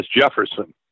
Jefferson